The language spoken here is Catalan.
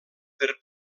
per